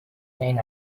then